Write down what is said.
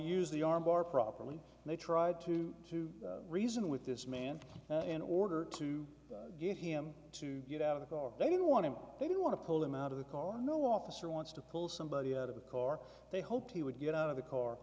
use the arm bar properly and they tried to to reason with this man in order to get him to get out of a car they didn't want to they didn't want to pull him out of the car no officer wants to pull somebody out of a car they hoped he would get out of the car